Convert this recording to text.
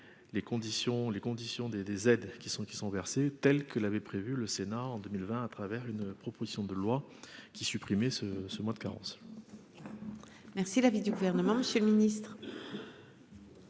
les conditions des des aides qui sont, qui sont versées, telle que l'avait prévu le Sénat en 2020 à travers une proposition de loi qui supprimer ce ce mois de carence. Merci l'avis du gouvernement, chez le ministre.